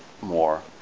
more